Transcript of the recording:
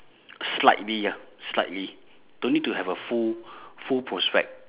slightly ah slightly don't need to have a full full prospect